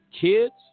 Kids